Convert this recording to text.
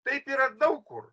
taip yra daug kur